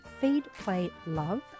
feedplaylove